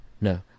No